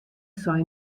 sei